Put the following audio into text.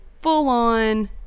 full-on